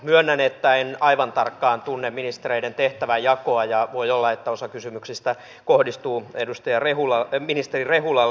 myönnän että en aivan tarkkaan tunne ministereiden tehtävänjakoa ja voi olla että osa kysymyksistä kohdistuu ministeri rehulalle